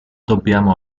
dobbiamo